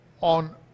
on